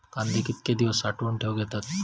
कांदे कितके दिवस साठऊन ठेवक येतत?